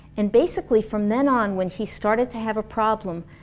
and basically from then on, when he started to have a problem.